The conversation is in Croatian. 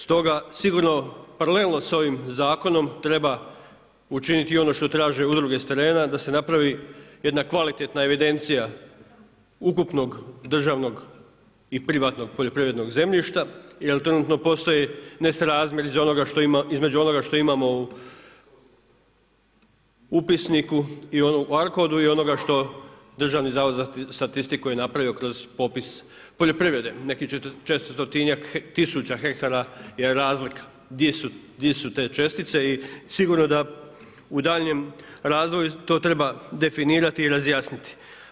Stoga sigurno paralelno sa ovim zakonom treba učiniti i ono što traže udruge sa terena, da se napravi jedna kvalitetna evidencija ukupnog državnog i privatnog poljoprivrednog zemljišta jer trenutno postoji nesrazmjer između onoga što imamo u upisniku u ARKOD-u i onoga što Državni zavod za statistiku je napravio kroz popis poljoprivrede nekih četristotinjak tisuća hektara je razlika di su te čestice i sigurno da u daljnjem razvoju to treba definirati i razjasniti.